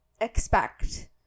expect